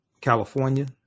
California